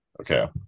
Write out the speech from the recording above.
okay